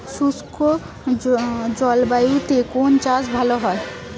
শুষ্ক জলবায়ুতে কোন চাষ ভালো হয়?